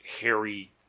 hairy